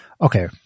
Okay